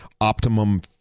optimum